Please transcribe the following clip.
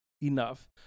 enough